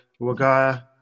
Wagaya